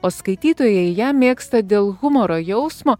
o skaitytojai ją mėgsta dėl humoro jausmo